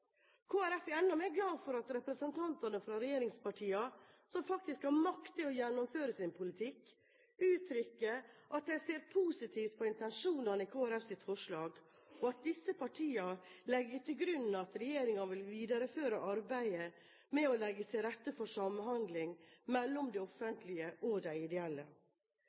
Folkeparti er enda mer glad for at representantene fra regjeringspartiene – som faktisk har makt til å gjennomføre sin politikk – uttrykker at de ser positivt på intensjonene i Kristelig Folkepartis forslag, og at disse partiene legger til grunn at regjeringen vil videreføre arbeidet med å legge til rette for samhandling mellom det offentlige og de ideelle.